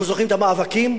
אנחנו זוכרים את המאבקים,